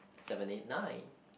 seven eight nine